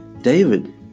David